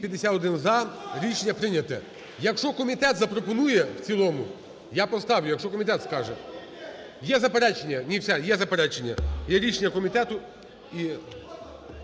251 – за. Рішення прийняте. Якщо комітет запропонує в цілому, я поставлю, якщо комітет скаже. Є заперечення, ні, все,